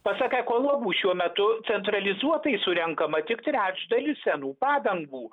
pasak ekologų šiuo metu centralizuotai surenkama tik trečdalį senų padangų